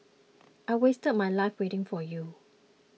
I wasted my life waiting for you